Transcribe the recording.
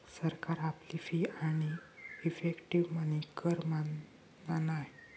सरकार आपली फी आणि इफेक्टीव मनी कर मानना नाय